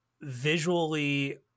visually